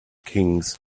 kings